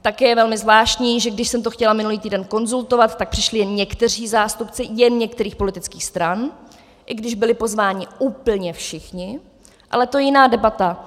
Také je velmi zvláštní, že když jsem to chtěla minulý týden konzultovat, tak přišli jen někteří zástupci jen některých politických stran, i když byli pozváni úplně všichni, ale to je jiná debata.